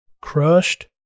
crushed